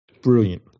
Brilliant